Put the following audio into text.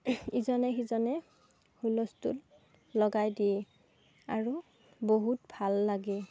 ইজনে সিজনে হুলস্থুল লগাই দিয়ে আৰু বহুত ভাল লাগে